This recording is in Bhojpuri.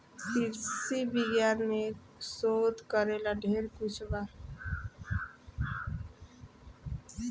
कृषि विज्ञान में शोध करेला ढेर कुछ बा